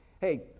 hey